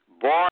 born